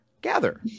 gather